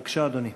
בבקשה, אדוני.